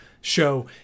show